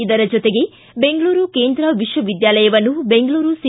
ಇದರ ಜೊತೆಗೆ ಬೆಂಗಳೂರು ಕೇಂದ್ರ ವಿಶ್ವವಿದ್ಯಾಲಯವನ್ನು ಬೆಂಗಳೂರು ಸಿ